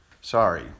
Sorry